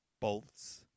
bolts